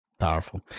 powerful